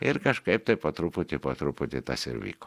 ir kažkaip tai po truputį po truputį tas ir vyko